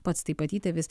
pats taip pat įtėvis